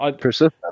Persistent